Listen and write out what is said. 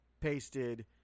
pasted